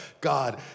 God